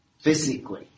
physically